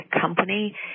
company